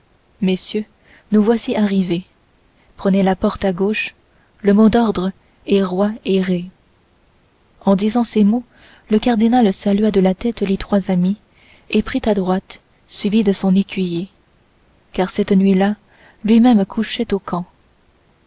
messieurs nous voici arrivés prenez la porte à gauche le mot d'ordre est roi et ré en disant ces mots le cardinal salua de la tête les trois amis et prit à droite suivi de son écuyer car cette nuit-là lui-même couchait au camp